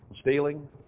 stealing